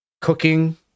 cooking